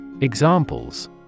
Examples